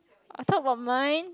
I thought about mine